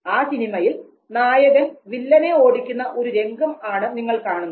ആ സിനിമയിൽ നായകൻ വില്ലനെ ഓടിക്കുന്ന ഒരു രംഗം ആണ് നിങ്ങൾ കാണുന്നത്